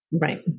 Right